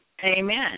Amen